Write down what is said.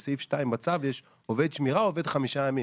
בסעיף 2 בצו יש "עובד שמירה עובד חמישה ימים".